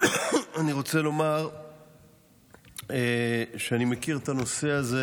אני רוצה לומר שאני מכיר את הנושא הזה